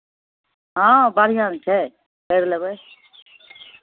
हँ बढ़िआँ ने छै करि लेबै